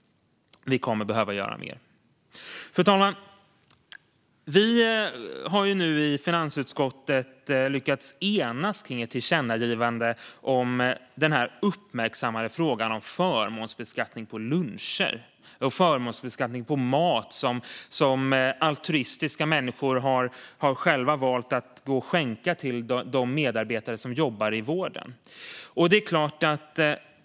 Vi kommer att behöva göra mer. Fru talman! Vi i finansutskottet har nu lyckats enas kring ett tillkännagivande om den uppmärksammade frågan om förmånsbeskattning på luncher och på mat som altruistiska människor själva valt att skänka till dem som jobbar i vården.